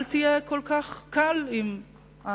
אל תהיה כל כך קל עם הדברים.